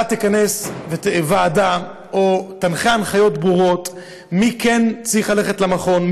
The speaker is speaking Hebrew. תכנס ועדה או תיתן הנחיות ברורות: מי כן צריך ללכת למכון,